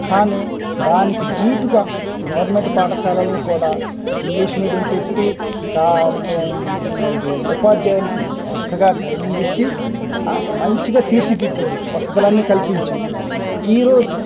కానీ దానికి దీటుగా గవర్నమెంట్ పాఠశాలలను కూడా ఇంగ్లీష్ మీడియం పెట్టి అది ఉపాధ్యాయులకి చక్కగా ట్రైనింగ్ ఇచ్చి మంచిగా తీర్చిదిద్దారు వసతిలన్నీ కల్పించి ఈ రోజు